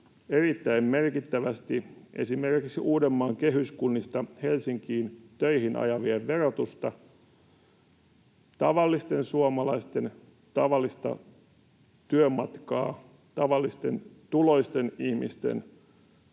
erittäin merkittävästi esimerkiksi Uudenmaan kehyskunnista Helsinkiin töihin ajavien verotusta, tavallisten suomalaisten tavallista työmatkaa, tavallisten tuloisten ihmisten.